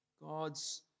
God's